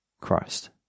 Christ